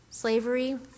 Slavery